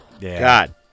God